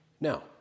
Now